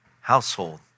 household